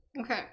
okay